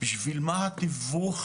בשביל מה התיווך,